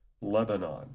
Lebanon